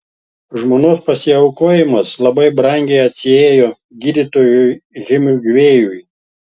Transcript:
žmonos pasiaukojimas labai brangiai atsiėjo gydytojui hemingvėjui